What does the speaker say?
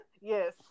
Yes